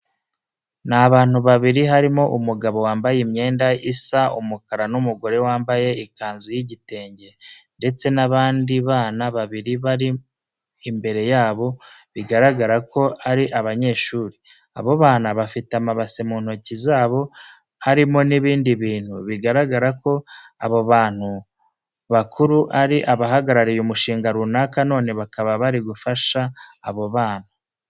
Ni abantu babiri harimo umugabo wambaye imyenda isa umukara n'umugore wambaye ikanzu y'igitenge ndetse n'abandi bana babiri bari imbere yabo, biragaragara ko ari abanyeshuri. Abo bana bafite amabase mu ntoki zabo arimo n'ibindi bintu, bigaragara ko abo bantu bakuru ari abahagarariye umushinga runaka, none bakaba bari gufasha abo bana.